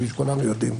כפי שכולנו יודעים.